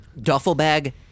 Duffelbag